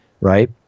right